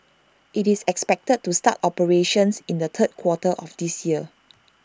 it's expected to start operations in the third quarter of this year